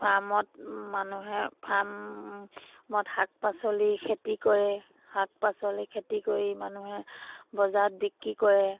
ফাৰ্মত মানুহে ফাৰ্মত শাক পাচলি খেতি কৰে শাক পাচলি খেতি কৰি মানুহে বজাৰত বিক্ৰী কৰে